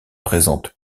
présente